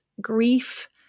grief